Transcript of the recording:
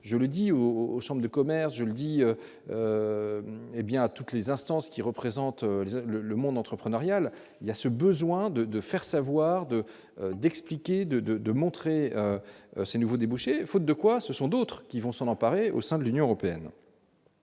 je le dis haut aux chambres de commerce, je le dis, hé bien, à toutes les instances qui représente le monde entreprenarial il y a ce besoin de de faire savoir de d'expliquer, de, de, de montrer ses nouveaux débouchés, faute de quoi, ce sont d'autres qui vont s'en emparer, au sein de l'Union européenne,